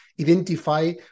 Identify